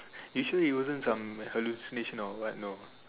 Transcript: you sure it wasn't some hallucination or what no